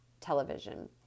television